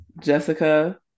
Jessica